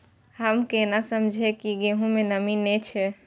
हम केना समझये की गेहूं में नमी ने छे?